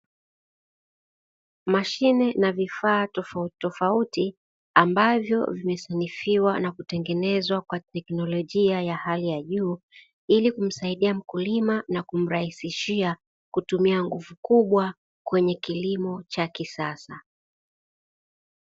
Mashine na vifaa tofauti tofauti ambavyo vimesanifiwa na kutengenezwa kwa teknolojia ya hali ya juu, ili kumsaidia mkulima na kumrahisishia kutumia nguvu kubwa kwenye kilimo cha kisasa.